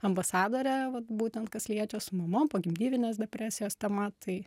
ambasadorė vat būtent kas liečia su mamom pogimdyvinės depresijos tema tai